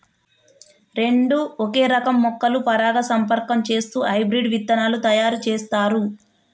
రెండు ఒకే రకం మొక్కలు పరాగసంపర్కం చేస్తూ హైబ్రిడ్ విత్తనాలు తయారు చేస్తారు